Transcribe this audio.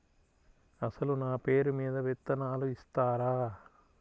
అసలు నా పేరు మీద విత్తనాలు ఇస్తారా?